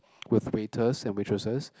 with waiters and waitresses